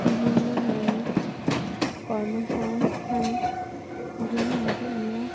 বিভিন্ন ধরনের কর্মসংস্থানই বিভিন্নভাবে আমরা